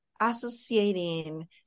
associating